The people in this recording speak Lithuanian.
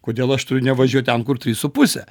kodėl aš turiu nevažiuot ten kur trys puse